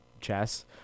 chess